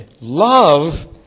Love